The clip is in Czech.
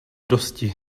dosti